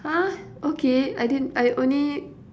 !huh! okay I didn't I only